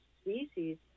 species